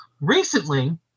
recently